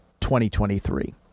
2023